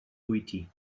bwyty